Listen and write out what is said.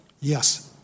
Yes